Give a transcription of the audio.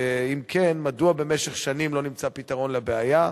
2. אם כן, מדוע במשך שנים לא נמצא פתרון לבעיה?